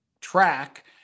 track